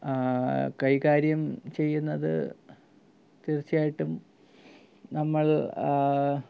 കൈകാര്യം ചെയ്യുന്നത് തീർച്ചയായിട്ടും നമ്മൾ